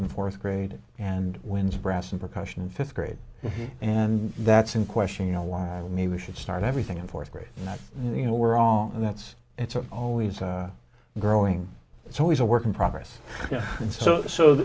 in fourth grade and winds brass and percussion in fifth grade and that's in question you know why maybe we should start everything in fourth grade that you know were wrong and that's it's always growing it's always a work in progress and so so